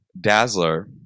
Dazzler